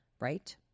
Right